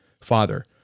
Father